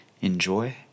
Enjoy